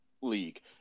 league